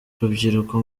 rubyiruko